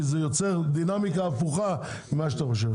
זה יוצר דינמיקה הפוכה ממה שחושבים.